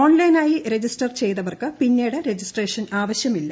ഓൺലൈനായി രജിസ്റ്റർ ചെയ്തവർക്ക് പിന്നീട് രജിസ്ട്രേഷൻ ആവശ്യമില്ല